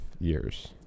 years